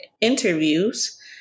interviews